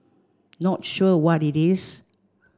not sure what it is